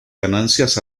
ganancias